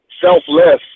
selfless